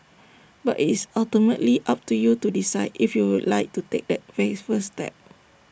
but is ultimately up to you to decide if you would like to take that very first step